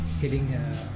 hitting